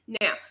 now